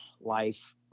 life